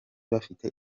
bafite